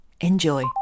Enjoy